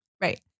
Right